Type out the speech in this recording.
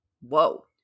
Whoa